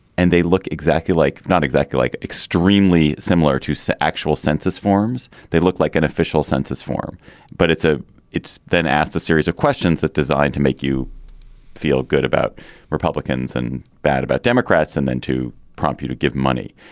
and they look exactly like not exactly like extremely similar to so the actual census forms. they look like an official census form but it's a it's then asked a series of questions that are designed to make you feel good about republicans and bad about democrats and then to prompt you to give money.